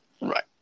right